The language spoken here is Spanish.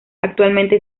actualmente